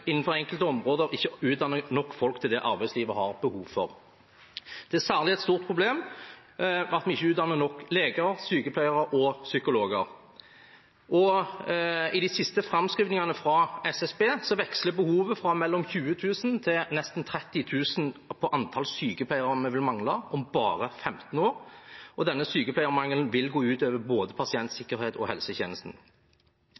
innenfor enkelte områder ikke utdanner nok folk til det som arbeidslivet har behov for. Det er særlig et stort problem at vi ikke utdanner nok leger, sykepleiere og psykologer. I de siste framskrivingene fra SSB veksler behovet fra 20 000 til nesten 30 000 når det gjelder antall sykepleiere vi vil mangle om bare 15 år, og denne sykepleiermangelen vil gå ut over både